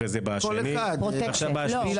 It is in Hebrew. אחר כך בא השני ועכשיו בא השלישי.